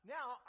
Now